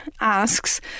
asks